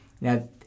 Now